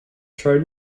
tried